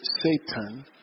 Satan